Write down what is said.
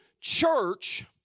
church